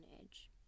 edge